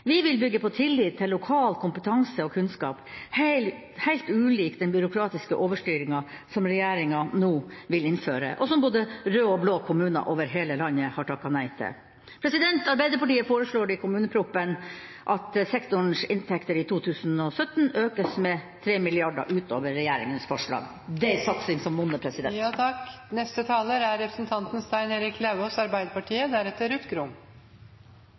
Vi vil bygge på tillit til lokal kompetanse og kunnskap, helt ulik den byråkratiske overstyringen som regjeringa nå vil innføre, og som både røde og blå kommuner over hele landet har takket nei til. Arbeiderpartiet foreslår i kommuneproposisjonen at sektorens inntekter i 2017 økes med 3 mrd. kr utover regjeringas forslag. Det er en satsing som monner. Det er i kommunene velferden produseres. Det er